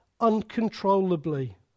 uncontrollably